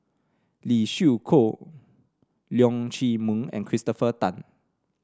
Lee Siew Choh Leong Chee Mun and Christopher Tan